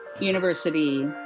University